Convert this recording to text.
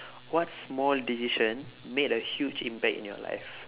what small decision made a huge impact in your life